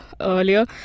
earlier